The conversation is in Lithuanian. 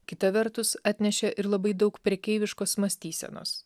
kita vertus atnešė ir labai daug prekeiviškos mąstysenos